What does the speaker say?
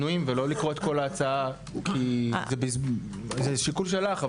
אולי תעבור על השינויים ולא לקרוא את כל ההצעה - זה שיקול שלך.